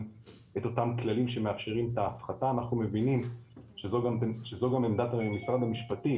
כללים שמאפשרים את ההפחתה אנחנו מבינים שזו גם עמדת משרד המשפטים